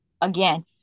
again